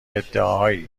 ادعاهایی